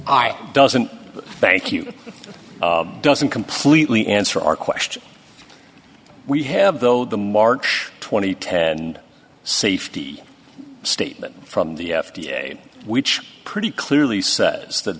are doesn't thank you doesn't completely answer our question we have though the march twenty ten safety statement from the f d a which pretty clearly says that